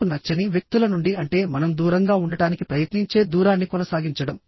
మనకు నచ్చని వ్యక్తుల నుండి అంటే మనం దూరంగా ఉండటానికి ప్రయత్నించే దూరాన్ని కొనసాగించడం